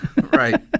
Right